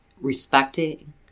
respecting